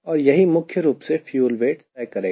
और यही मुख्य रूप से फ्यूल वेट तय करेगा